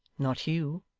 not hugh.